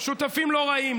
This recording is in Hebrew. שותפים לא רעים,